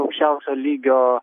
aukščiausio lygio